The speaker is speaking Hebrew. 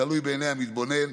תלוי בעיני המתבונן.